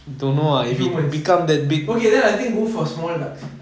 humans okay lah then I think go for small ducks